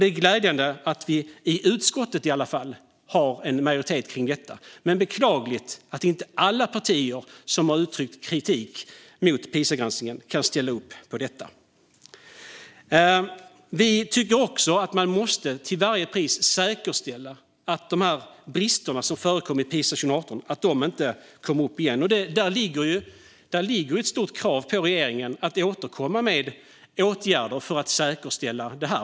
Det är glädjande att vi i utskottet i alla fall har en majoritet kring detta. Men det är beklagligt att inte alla partier som har uttryckt kritik mot Pisagranskningen kan ställa upp på detta. Vi tycker också att man till varje pris måste säkerställa att de brister som förekom i Pisaundersökningen 2018 inte återkommer. Där finns ett stort krav på regeringen att återkomma med åtgärder för att säkerställa detta.